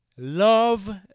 Love